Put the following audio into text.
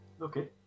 Okay